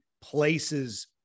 places